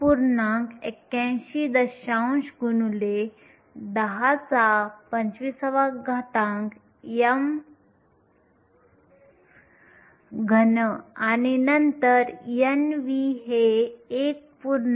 81 x 1025 m3 आणि नंतर Nv हे 1